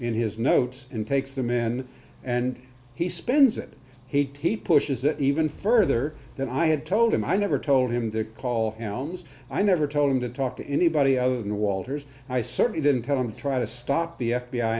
in his notes and takes the men and he spends it he pushes it even further than i had told him i never told him to call now i never told him to talk to anybody other than walters i certainly didn't tell him to try to stop the f